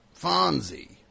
Fonzie